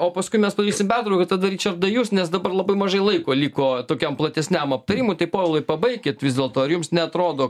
o paskui mes padarysim pertrauką tada ričardai jūs nes dabar labai mažai laiko liko tokiam platesniam aptarimui tai povilai pabaikit vis dėlto ar jums neatrodo